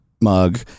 mug